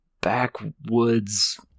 backwoods